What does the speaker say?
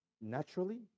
naturally